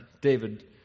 David